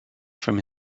from